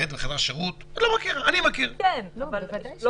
בחדר השירות?